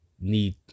need